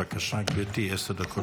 בבקשה, גברתי, עשר דקות לרשותך.